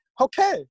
okay